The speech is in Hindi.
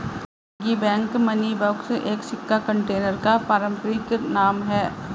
पिग्गी बैंक मनी बॉक्स एक सिक्का कंटेनर का पारंपरिक नाम है